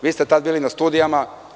Vi ste tada bili na studijama.